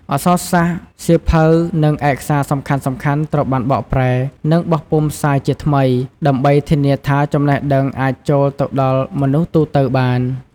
អក្សរសាស្ត្រ សៀវភៅ និងឯកសារសំខាន់ៗត្រូវបានបកប្រែ និងបោះពុម្ពផ្សាយជាថ្មី ដើម្បីធានាថាចំណេះដឹងអាចចូលទៅដល់មនុស្សទូទៅបាន។